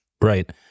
Right